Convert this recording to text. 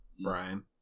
Brian